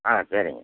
ஆ சரிங்க